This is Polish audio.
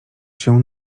się